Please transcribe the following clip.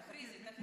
תכריזי, תכריזי.